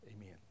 Amen